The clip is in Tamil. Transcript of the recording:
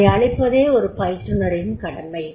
அதை அளிப்பதே ஒரு பயிற்றுனரின் கடமை